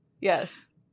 Yes